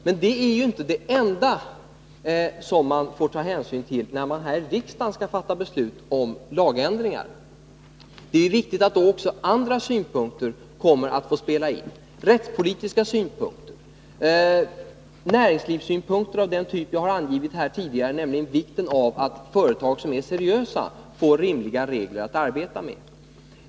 Men det är inte det enda som man får ta hänsyn till när man här i riksdagen skall fatta beslut om lagändringar. Det är då viktigt att också andra synpunkter får spela in, såsom rättspolitiska synpunkter och näringslivssynpunkter av den typ jag har angivit här tidigare, nämligen vikten av att företag som är seriösa får rimliga regler att arbeta med.